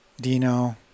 Dino